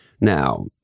Now